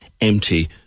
empty